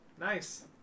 Nice